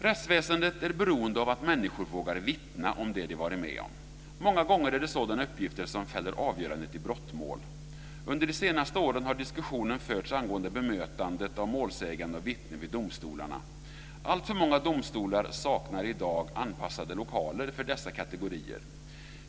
Rättsväsendet är beroende av att människor vågar vittna om det de varit med om. Många gånger är det sådana uppgifter som fäller avgörandet i brottmål. Under de senaste åren har diskussionen förts angående bemötandet av målsägande och vittne vid domstolarna. Alltför många domstolar saknar i dag anpassade lokaler för dessa kategorier.